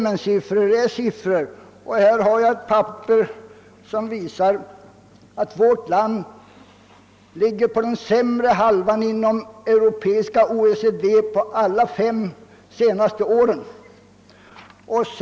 Men siffror är siffror, och jag har i min hand ett papper som visar att vårt land ligger bland den sämre hälften av de europeiska OECD-länderna under de fem senaste åren när det gäller utvecklingen av nationalprodukten.